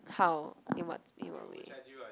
how in what in what way